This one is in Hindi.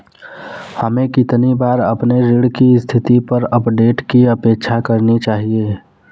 हमें कितनी बार अपने ऋण की स्थिति पर अपडेट की अपेक्षा करनी चाहिए?